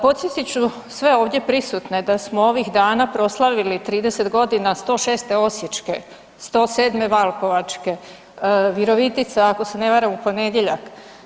Podsjetit ću sve ovdje prisutne da smo ovih dana proslavili 30 godina 106. osječke, 107. valpovačke, Virovitica ako se ne varam u ponedjeljak.